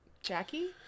Jackie